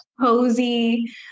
cozy